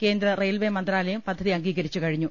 കേന്ദ്ര റെയിൽവേ മന്ത്രാലയം പദ്ധതി അംഗീ കരിച്ചു കഴിഞ്ഞു